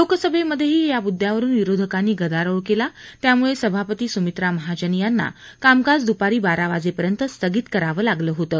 लोकसभेमध्येही या मुद्द्यावरून विरोधकांनी गदारोळ केला त्यामुळे सभापती सुमित्रा महाजन यांना कामकाज दुपारी बारा वाजेपर्यंत स्थगित करावं लागलं होतं